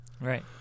Right